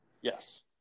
yes